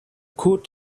could